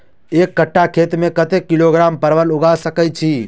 एक कट्ठा खेत मे कत्ते किलोग्राम परवल उगा सकय की??